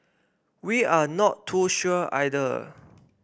we are not too sure either